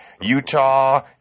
Utah